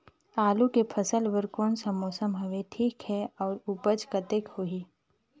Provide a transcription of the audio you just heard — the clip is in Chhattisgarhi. आलू के फसल बर कोन सा मौसम हवे ठीक हे अउर ऊपज कतेक होही?